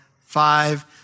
five